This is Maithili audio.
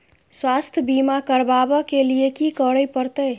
स्वास्थ्य बीमा करबाब के लीये की करै परतै?